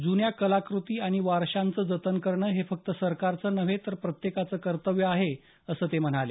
जून्या कलाकृती आणि वारशांचं जतन करणं हे फक्त सरकारचं नव्हे तर प्रत्येकाचं कर्तव्य आहे असं ते म्हणाले